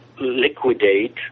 liquidate